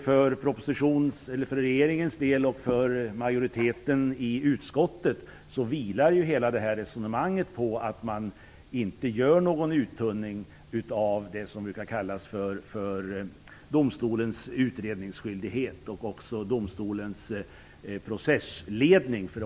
För regeringens och utskottsmajoritetens del vilar hela det här resonemanget på att man inte gör någon uttunning av det som brukar kallas för domstolens utredningsskyldighet och domstolens processledning.